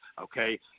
okay